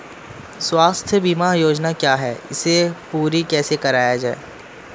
स्वास्थ्य बीमा योजना क्या है इसे पूरी कैसे कराया जाए?